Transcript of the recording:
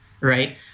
right